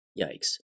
Yikes